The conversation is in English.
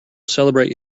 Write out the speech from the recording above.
celebrate